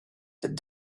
that